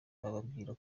bababwira